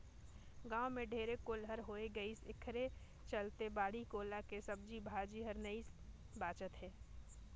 गाँव में ढेरे गोल्लर होय गइसे एखरे चलते बाड़ी कोला के सब्जी भाजी हर नइ बाचत हे